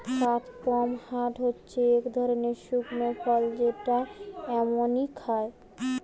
কাদপমহাট হচ্ছে এক ধরনের শুকনো ফল যেটা এমনই খায়